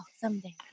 someday